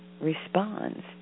responds